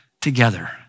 together